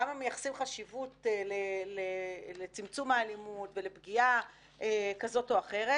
כמה מייחסים חשיבות לצמצום האלימות ולפגיעה כזאת או אחרת,